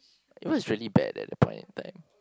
it was really bad at that point in time